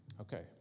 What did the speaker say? Okay